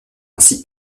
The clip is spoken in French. ainsi